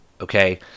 Okay